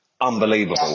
unbelievable